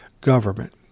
government